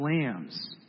lambs